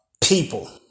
people